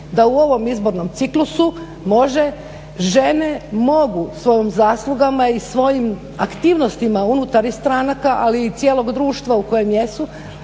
da u ovom izbornom ciklusu može, žene mogu svojim zaslugama i svojim aktivnostima unutar i stranaka, ali i cijelog društva u kojem jesu